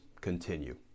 continue